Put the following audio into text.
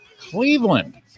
Cleveland